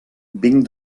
vinc